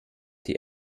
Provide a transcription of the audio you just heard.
die